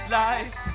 life